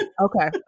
Okay